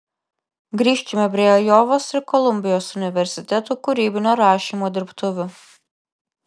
grįžkime prie ajovos ir kolumbijos universitetų kūrybinio rašymo dirbtuvių